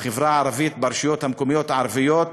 בחברה הערבית, ברשויות המקומיות הערביות,